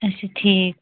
اچھا ٹھیٖک